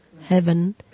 heaven